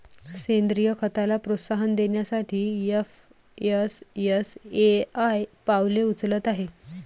सेंद्रीय खताला प्रोत्साहन देण्यासाठी एफ.एस.एस.ए.आय पावले उचलत आहे